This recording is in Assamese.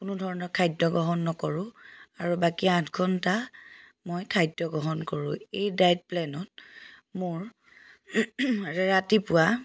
কোনো ধৰণৰ খাদ্য গ্ৰহণ নকৰোঁ আৰু বাকী আঠ ঘণ্টা মই খাদ্য গ্ৰহণ কৰোঁ এই ডাইট প্লেনত মোৰ ৰাতিপুৱা